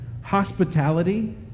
hospitality